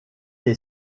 est